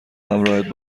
همراهت